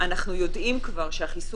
ואנחנו כבר יודעים שהחיסון,